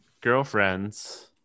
girlfriends